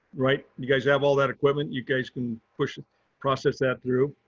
right. you guys have all that equipment? you guys can push process that through.